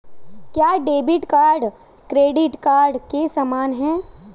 क्या debit card credit card के समान है?